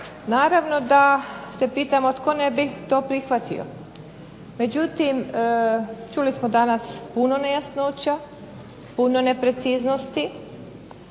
naravno da se pitamo tko ne bi to prihvatio. Međutim čuli smo danas puno nejasnoća, puno nepreciznosti,